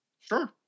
Sure